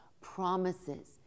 promises